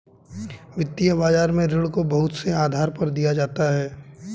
वित्तीय बाजार में ऋण को बहुत से आधार पर दिया जाता है